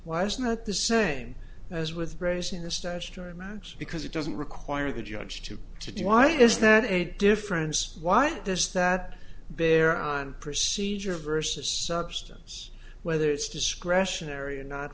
why isn't it the same as with raising the statutory match because it doesn't require the judge to to do why is that a difference why does that bear on procedure versus substance whether it's discretionary and not